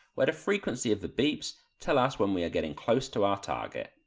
where the frequency of the beeps tell us when we are getting close to our target.